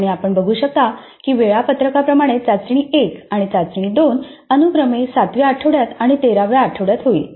आणि आपण बघू शकता की वेळापत्रकाप्रमाणे चाचणी 1 आणि चाचणी 2 अनुक्रमे सातव्या आठवड्यात आणि तेराव्या आठवड्यात होईल